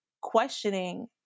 questioning